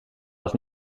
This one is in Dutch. was